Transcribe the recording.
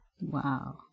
Wow